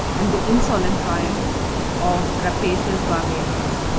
and the insolent triumph of rapacious barbarians.